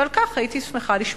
ועל כך הייתי שמחה לשמוע.